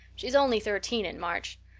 she's only thirteen in march.